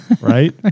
right